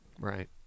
Right